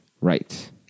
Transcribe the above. Right